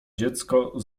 dziecko